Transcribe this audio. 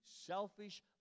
selfish